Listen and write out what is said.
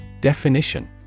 Definition